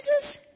Jesus